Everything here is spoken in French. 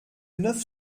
neuf